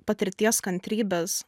patirties kantrybės